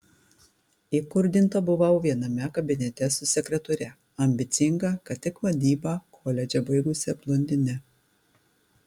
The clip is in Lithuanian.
įkurdinta buvau viename kabinete su sekretore ambicinga ką tik vadybą koledže baigusia blondine